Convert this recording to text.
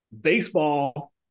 baseball